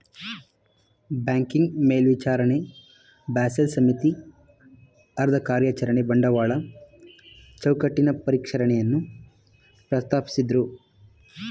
banking ಮೇಲ್ವಿಚಾರಣೆ Basel ಸಮಿತಿ ಅದ್ರಕಾರ್ಯಚರಣೆ ಬಂಡವಾಳ ಚೌಕಟ್ಟಿನ ಪರಿಷ್ಕರಣೆಯನ್ನ ಪ್ರಸ್ತಾಪಿಸಿದ್ದ್ರು